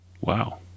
wow